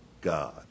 God